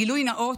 גילוי נאות: